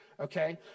Okay